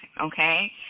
okay